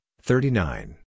thirty-nine